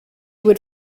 would